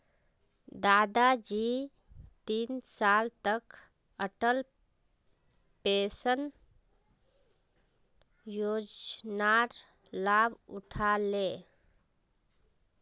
दादाजी तीन साल तक अटल पेंशन योजनार लाभ उठा ले